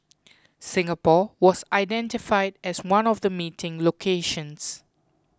Singapore was identified as one of the meeting locations